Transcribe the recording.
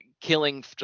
killing